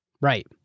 Right